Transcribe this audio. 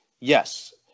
yes